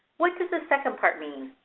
what does the second part mean.